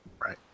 Right